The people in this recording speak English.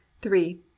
Three